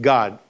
God